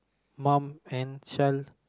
mum and child